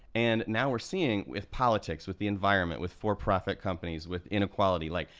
and now we're seeing with politics, with the environment, with for profit companies, with inequality, like,